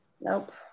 Nope